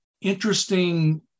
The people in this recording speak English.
interesting